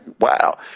wow